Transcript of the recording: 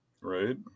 Right